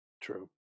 True